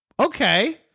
Okay